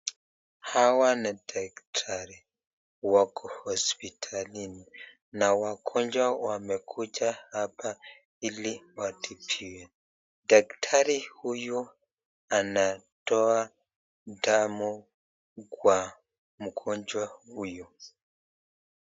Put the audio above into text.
Hawa ni datari wako hospitalini na wagonjwa wamekuja hapa ili watibiwe. Daktari huyu anatoa damu kwa mgonjwa huyu.